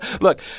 Look